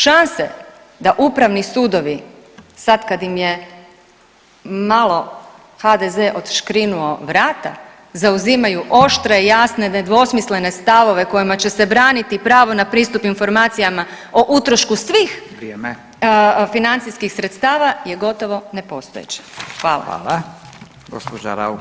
Šanse da upravni sudovi sad kad im je malo HDZ odškrinuo vrata zauzimaju oštre i jasne, nedvosmislene stavove kojima će se braniti pravo na pristup informacijama o utrošku svih [[Upadica Radin: Vrijeme.]] financijskih sredstava je gotovo nepostojeće.